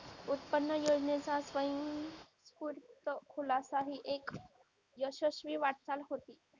उत्पन्न योजनेचा स्वयंस्फूर्त खुलासा ही एक यशस्वी वाटचाल होती